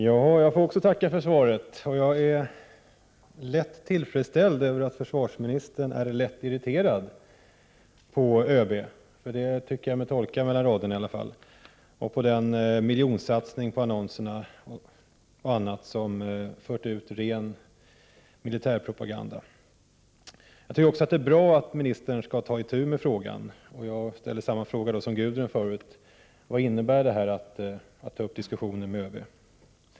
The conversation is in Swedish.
Herr talman! Också jag får tacka för svaret, och jag är lätt tillfredsställd över att försvarsministern är något irriterad på ÖB — det tycker jag mig kunna läsa ut mellan raderna — och över den miljonsatsning på annonser och annat där man fört ut ren militärpropaganda. Jag tycker också att det är bra att statsrådet skall ta itu med frågan, och jag ställer samma fråga som Gudrun Schyman tidigare framförde: Vad innebär det förhållandet att man skall ta upp diskussioner med ÖB?